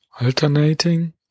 alternating